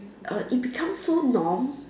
uh it becomes so norm